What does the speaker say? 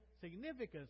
significance